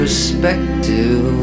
Perspective